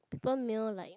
people mail like